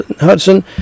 Hudson